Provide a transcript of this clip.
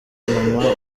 mama